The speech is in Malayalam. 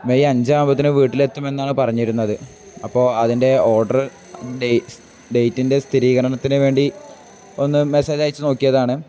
മെയ് അഞ്ചാവുമ്പോഴത്തേക്ക് വീട്ടിലെത്തുമെന്നാണ് പറഞ്ഞിരുന്നത് അപ്പോൾ അതിൻ്റെ ഓർഡർ ഡേറ്റിൻ്റെ സ്ഥരീകരണത്തിന് വേണ്ടി ഒന്ന് മെസ്സേജ് അയച്ചു നോക്കിയതാണ്